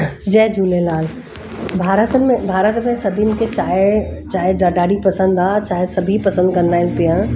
जय झूलेलाल भारतन में भारत में सभिनि खे चाहिं ॾाढी पसंदि आहे चाहिं सभी पसंदि कंदा आहिनि पीअण